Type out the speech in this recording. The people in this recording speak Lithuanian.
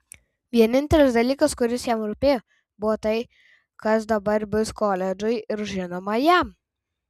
vienintelis dalykas kuris jam rūpėjo buvo tai kas dabar bus koledžui ir žinoma jam